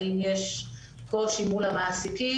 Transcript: האם יש קושי מול המעסיקים.